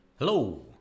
Hello